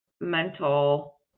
mental